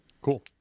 Cool